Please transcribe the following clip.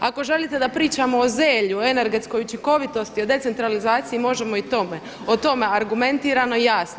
Ako želite da pričamo o zelju, energetskoj učinkovitosti, o decentralizaciji, možemo i o tome argumentirano i jasno.